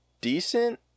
decent